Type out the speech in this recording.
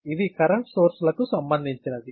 ఇది current source లకి సంబంధించినది